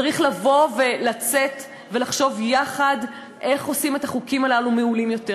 צריך לבוא ולצאת ולחשוב יחד איך עושים את החוקים הללו טובים יותר.